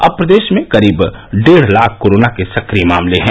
अब प्रदेश में करीब डेढ़ लाख कोरोना के सक्रिय मामले हैं